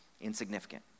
insignificant